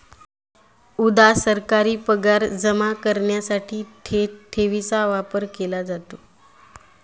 उदा.सरकारी पगार जमा करण्यासाठी थेट ठेवीचा वापर केला जातो